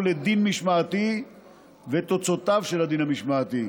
לדין משמעתי ותוצאותיו של הדין המשמעתי.